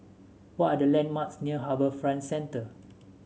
what are the landmarks near HarbourFront Centre